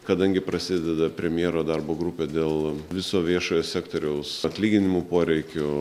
kadangi prasideda premjero darbo grupė dėl viso viešojo sektoriaus atlyginimų poreikių